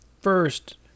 first